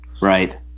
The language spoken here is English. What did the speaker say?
right